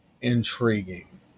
intriguing